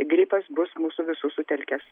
gripas bus mūsų visų sutelkęs